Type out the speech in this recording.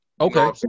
Okay